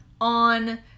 on